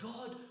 God